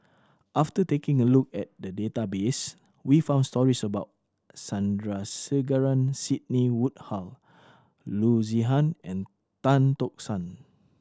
after taking a look at the database we found stories about Sandrasegaran Sidney Woodhull Loo Zihan and Tan Tock San